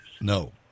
No